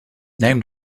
named